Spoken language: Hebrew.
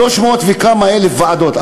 300 וכמה אלף ועדות,